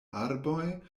arboj